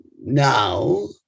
now